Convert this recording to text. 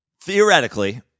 Theoretically